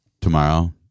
tomorrow